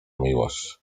miłość